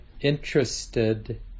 interested